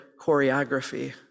choreography